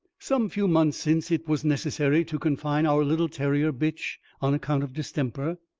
some few months since it was necessary to confine our little terrier bitch, on account of distemper.